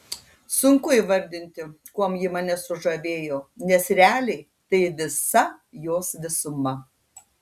sunku įvardinti kuom ji mane sužavėjo nes realiai tai visa jos visuma